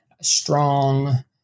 strong